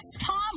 Tom